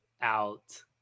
out